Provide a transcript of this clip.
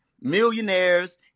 millionaires